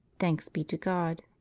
thanks be to god.